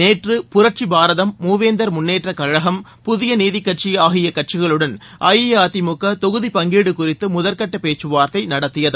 நேற்று புரட்சி பாரதம் மூவேந்தர் முன்னேற்றக்கழகம் புதிய நீதிக்கட்சி ஆகிய கட்சிகளுடன் அஇஅதிமுக தொகுதி பங்கீடு குறித்து முதற்கட்ட பேச்சுவார்த்தை நடத்தியது